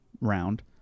round